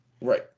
Right